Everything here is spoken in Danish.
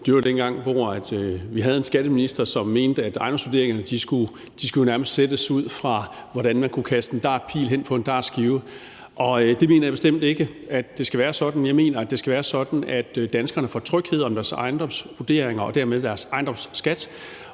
det var dengang, hvor vi havde en skatteminister, som mente, at ejendomsvurderingerne nærmest skulle sættes ud fra, hvordan man kunne kaste en dartpil på en dartskive. Og jeg mener bestemt ikke, det skal være sådan. Jeg mener, at det skal være sådan, at danskerne får en tryghed om deres ejendomsvurderinger og dermed deres ejendomsskat,